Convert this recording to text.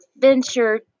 Venture